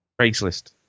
Craigslist